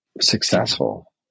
successful